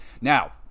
now